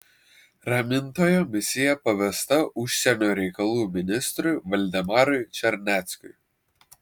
ramintojo misija pavesta užsienio reikalų ministrui valdemarui čarneckiui